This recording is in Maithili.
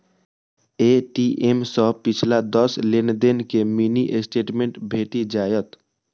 ए.टी.एम सं पिछला दस लेनदेन के मिनी स्टेटमेंट भेटि जायत